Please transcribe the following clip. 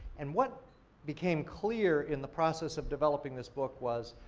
and what became clear in the process of developing this book was,